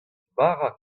bara